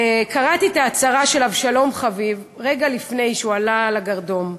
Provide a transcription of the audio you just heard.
קראתי את ההצהרה של אבשלום חביב רגע לפני שהוא עלה לגרדום,